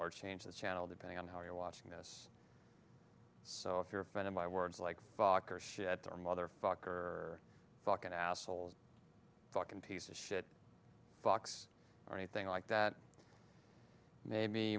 or change the channel depending on how you're watching this so if you're offended by words like focker shit or motherfucker fuckin assholes talking piece of shit fox or anything like that maybe